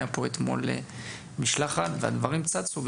היתה פה אתמול משלחת והדברים צצו,